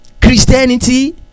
Christianity